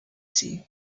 sie